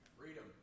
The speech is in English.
Freedom